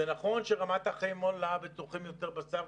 נכון שרמת החיים עולה וצורכים יותר בשר אבל